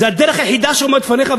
זו הדרך היחידה שעומדת בפניך.